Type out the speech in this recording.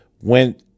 went